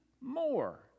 more